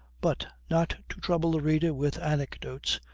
but, not to trouble the reader with anecdotes,